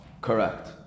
Correct